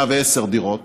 110 דירות,